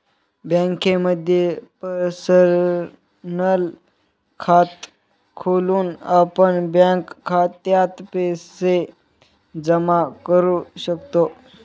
बँकेमध्ये पर्सनल खात खोलून आपण बँक खात्यात पैसे जमा करू शकतो